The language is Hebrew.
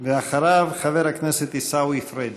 אחריו, חבר הכנסת עיסאווי פריג'.